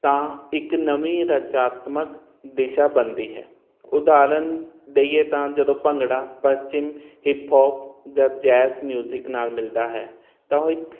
ਤਾਂ ਇੱਕ ਨਵੀਂ ਰਚਾਤਮਕ ਦਿਸ਼ਾ ਬਣਦੀ ਹੈ ਉਦਾਹਰਨ ਦਈਏ ਤਾਂ ਜਦੋਂ ਭੰਗੜਾ ਪਚਿਮ ਹਿਪਹੋਪ ਜਾ ਮਿਊਜਿਕ ਨਾਲ ਮਿਲਦਾ ਹੈ ਤਾਂ ਉਹ ਇਕ